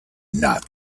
not